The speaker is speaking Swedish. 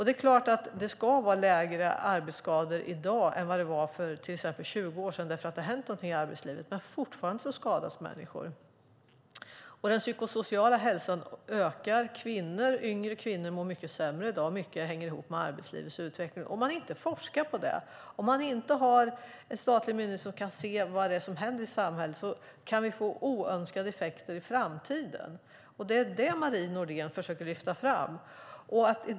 Det är klart att det ska vara färre arbetsskador i dag än det var för till exempel 20 år sedan, för det ska ha hänt någonting i arbetslivet. Fortfarande skadas dock människor, och den psykosociala ohälsan ökar. Yngre kvinnor mår mycket sämre i dag, och mycket hänger ihop med arbetslivets utveckling. Om man inte forskar på det och inte har en statlig myndighet som kan se vad det är som händer i samhället kan vi få oönskade effekter i framtiden. Det är det Marie Nordén försöker lyfta fram.